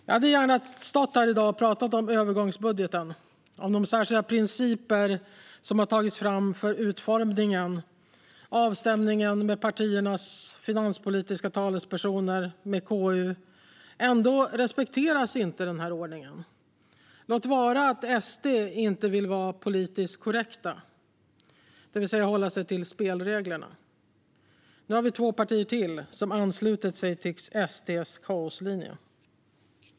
Jag hade gärna stått här i dag och talat om övergångsbudgeten och de särskilda principer som har tagits fram för utformningen, om avstämningen med partiernas finanspolitiska talespersoner och med KU. Ändå respekteras inte denna ordning. Låt vara att SD inte vill vara politiskt korrekta, det vill säga hålla sig till spelreglerna. Men nu har två partier till anslutit sig till SD:s kaoslinje.